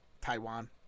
Taiwan